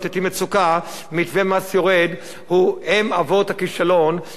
מתווה מס יורד הוא אֵם אבות הכישלון ליצור גירעון תקציבי.